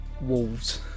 Wolves